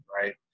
right